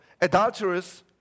adulterers